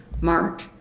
Mark